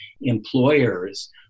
employers